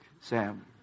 Sam